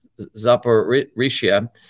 Zaporizhia